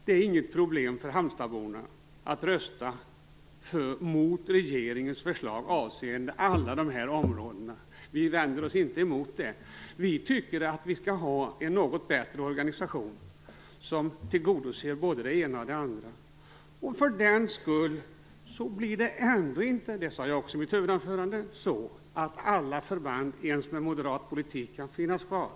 Det är inget problem för halmstadsborna att rösta mot regeringens förslag avseende alla dessa områden. Vi vänder oss inte emot det. Vi tycker att vi skall ha en något bättre organisation som tillgodoser både det ena och det andra. För den skull blir det ändå inte så, vilket jag sade i mitt huvudanförande, att alla förband ens med moderat politik kan finnas kvar.